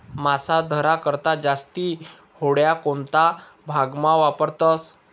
मासा धरा करता जास्ती होड्या कोणता भागमा वापरतस